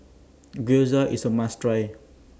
Gyoza IS A must Try